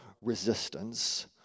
resistance